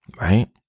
Right